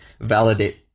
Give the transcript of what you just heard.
validate